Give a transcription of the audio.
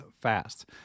fast